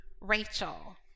Rachel